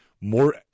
more